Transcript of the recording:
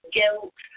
guilt